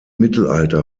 mittelalter